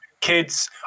kids